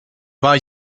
war